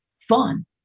fun